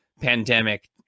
pandemic